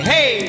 Hey